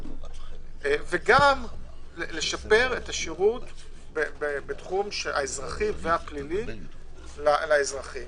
וגם לשפר את השירות בתחום האזרחי והפלילי לאזרחים,